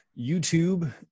YouTube